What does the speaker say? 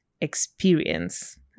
experience